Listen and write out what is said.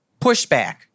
pushback